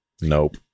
nope